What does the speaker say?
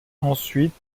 ensuite